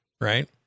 right